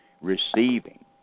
receiving